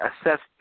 assessed